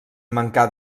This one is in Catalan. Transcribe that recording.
mancar